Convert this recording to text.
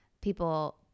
People